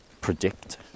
predict